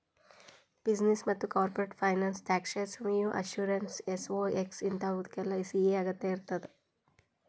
business ಮತ್ತ corporate finance taxation revenue assurance SOX ಇಂತಾವುಕ್ಕೆಲ್ಲಾ CA ಅಗತ್ಯಇರ್ತದ